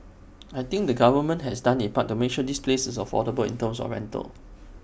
I think the government has done its part to make sure this place is very affordable in terms of rental